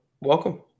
Welcome